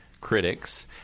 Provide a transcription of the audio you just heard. critics